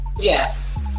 Yes